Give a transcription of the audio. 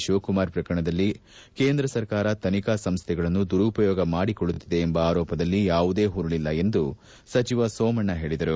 ಶಿವಕುಮಾರ್ ಪ್ರಕರಣದಲ್ಲಿ ಕೇಂದ್ರ ಸರ್ಕಾರ ತನಿಖಾ ಸಂಸ್ಥೆಗಳನ್ನು ದುರುಪಯೋಗ ಮಾಡಿಕೊಳ್ಳುತ್ತಿದೆ ಎಂಬ ಆರೋಪದಲ್ಲಿ ಯಾವುದೇ ಹುರುಳಲ್ಲ ಎಂದು ಸಚಿವ ಸೋಮಣ್ಣ ಹೇಳಿದರು